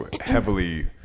heavily